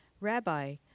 Rabbi